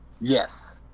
yes